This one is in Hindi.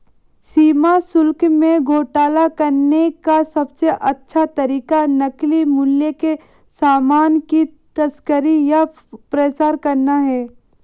सीमा शुल्क में घोटाला करने का सबसे अच्छा तरीका नकली मूल्य के सामान की तस्करी या प्रचार करना है